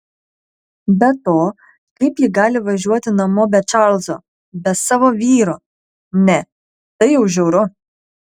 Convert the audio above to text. be to kaip ji gali važiuoti namo be čarlzo be savo vyro ne tai jau žiauru